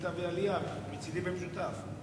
העלייה והקליטה, מצדי במשותף.